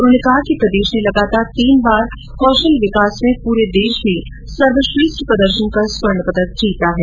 उन्होंने कहा कि प्रदेश ने लगातार तीन बार कौशल विकास में पूरे देश में सर्वश्रेष्ठ प्रदर्शन कर स्वर्ण पदक जीता है